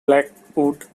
blackwood